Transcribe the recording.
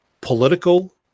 political